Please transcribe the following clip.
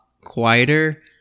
quieter